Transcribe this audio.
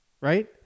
right